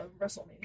WrestleMania